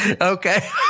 Okay